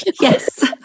Yes